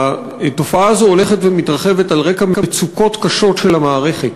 שהתופעה הזאת הולכת ומתרחבת על רקע מצוקות קשות של המערכת.